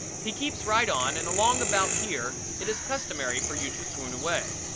he keeps right on and along about here it is customary for you to swoon away.